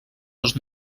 dos